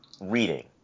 reading